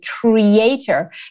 creator